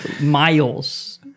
miles